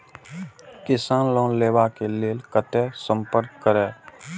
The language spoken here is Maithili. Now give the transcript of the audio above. किसान लोन लेवा के लेल कते संपर्क करें?